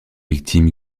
victimes